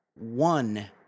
one-